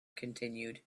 continued